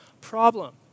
problem